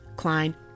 Klein